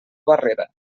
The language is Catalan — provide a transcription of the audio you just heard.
barrera